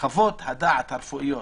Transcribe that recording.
חוות הדעת הרפואיות